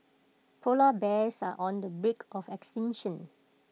Polar Bears are on the brink of extinction